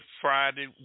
Friday